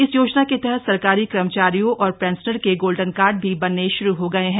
इस योजना के तहत सरकारी कर्मचारियों और पेंशनर के गोल्डन कार्ड भी बनने श्रू हो गए हैं